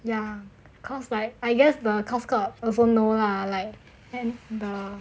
ya cause like I guess the course guard also know lah like and the